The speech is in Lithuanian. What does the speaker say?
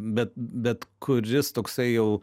bet bet kuris toksai jau